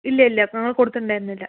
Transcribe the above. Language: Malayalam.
ഇല്ല ഇല്ല ഞങ്ങൾ കൊടുത്തിട്ടുണ്ടായിരുന്നില്ല